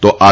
તો આર